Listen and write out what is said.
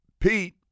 Pete